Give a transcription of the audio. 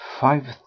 Five